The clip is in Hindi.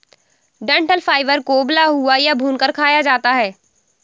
डंठल फाइबर को उबला हुआ या भूनकर खाया जाता है